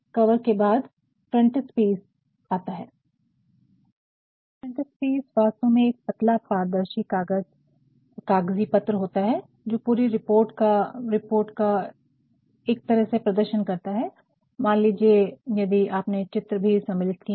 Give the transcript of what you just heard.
cover के बाद frontispiece frontispieceमुख भाग यह फ्रंटइसपीस frontispiece वास्तव में एक पतला पारदर्शी कागजी पत्र होता है जो पूरी रिपोर्ट का एक तरह से प्रदर्शन करता है मान लीजिए यदि आपने चित्र भी सम्मिलित किए हैं